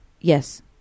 Yes